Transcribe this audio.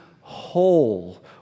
whole